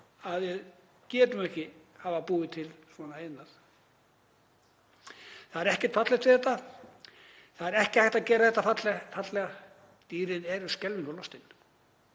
verið svona ill að hafa búið til svona iðnað. Það er ekkert fallegt við þetta. Það er ekki hægt að gera þetta fallega. Dýrin eru skelfingu lostin.